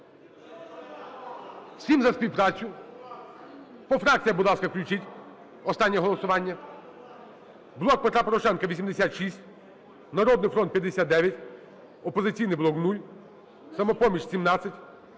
Всім за співпрацю. По фракціям, будь ласка, включіть, останнє голосування. "Блок Петра Порошенка" – 86, "Народний фронт" – 59, "Опозиційний блок" – 0, "Самопоміч" – 17,